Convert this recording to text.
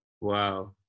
wow